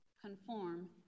conform